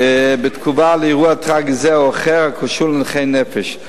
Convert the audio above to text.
בתגובה על אירוע טרגי זה או אחר הקשור לנכי נפש.